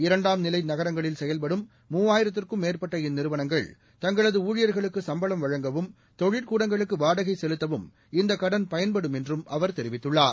இரண்டாம் நிலை நகரங்களில் செயல்படும் மூவாயிரத்திற்கும் மேற்பட்ட இந்நிறுவனங்கள் தங்களது ஊழியர்களுக்கு சும்பளம் வழங்கவும் தொழிற்கூடங்களுக்கு வாடகையை செலுத்தவும் இந்த கடன் பயன்படும் என்றும் அவர் தெரிவித்துள்ளார்